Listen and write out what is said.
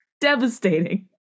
Devastating